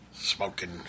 Smoking